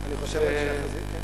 כן, אני מסכים אתך לחלוטין.